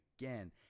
again